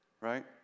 right